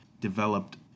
developed